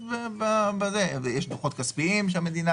יש דוחות כספיים שהמדינה